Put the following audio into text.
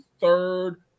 third